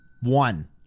one